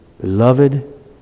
Beloved